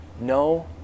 no